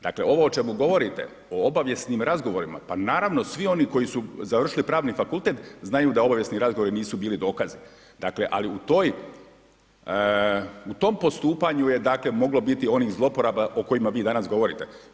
Dakle ovo o čemu govorite, o obavijesnim razgovorima, pa naravno, svi oni koji su završili Pravni fakultet, znaju da obavijesni razgovori nisu bili dokaz, dakle ali u tom postupanju je dakle moglo biti zloporaba o kojima vi danas govorite.